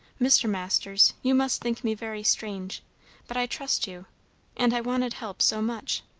mr. masters, you must think me very strange but i trust you and i wanted help so much